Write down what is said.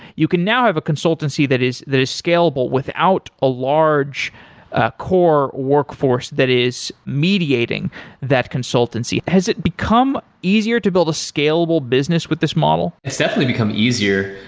you can now have a consultancy that is that is scalable without a large ah core workforce that is mediating that consultancy. has it become easier to build a scalable business with this model? it's definitely become easier,